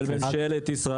של ממשלת ישראל.